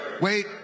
wait